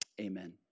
Amen